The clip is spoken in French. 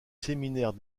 séminaire